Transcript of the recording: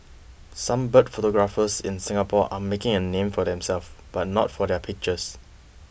some bird photographers in Singapore are making a name for themselves but not for their pictures